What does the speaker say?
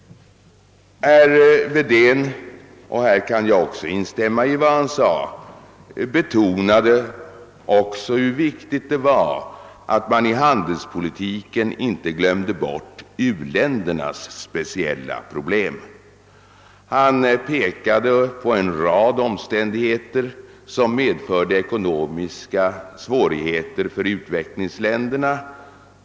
Herr Wedén betonade också hur viktigt det var att man i handelspolitiken inte glömde bort utvecklingsländernas speciella problem. Härvidlag kan jag också instämma med honom. Han pekade på en rad omständigheter som medförde ekonomiska svårigheter för u-länderna.